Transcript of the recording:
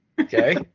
okay